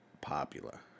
popular